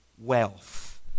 wealth